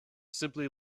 simply